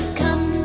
come